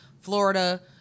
Florida